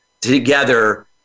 together